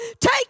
Take